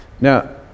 Now